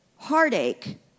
heartache